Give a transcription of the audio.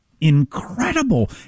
incredible